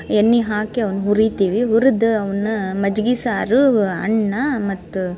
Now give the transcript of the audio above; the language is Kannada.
ಎಣ್ಣೆ ಹಾಕಿ ಅವ್ನ ಹುರಿತೀವಿ ಹುರ್ದು ಅವನ್ನು ಮಜ್ಗೆ ಸಾರೂ ಅನ್ನ ಮತ್ತು